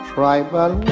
Tribal